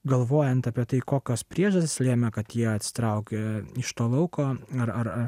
galvojant apie tai kokios priežastys lėmė kad jie atsitraukė iš to lauko ar ar ar